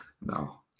No